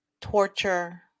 torture